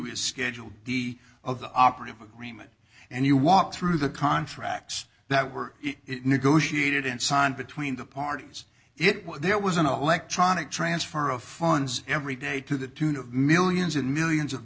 is schedule d of the operative agreement and you walk through the contracts that were it negotiated and signed between the parties it was there was an electronic transfer of funds every day to the tune of millions and millions of